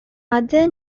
other